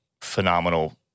phenomenal